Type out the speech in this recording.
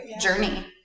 journey